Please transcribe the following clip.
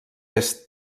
est